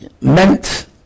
meant